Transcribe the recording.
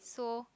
so